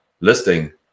listing